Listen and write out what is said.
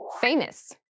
Famous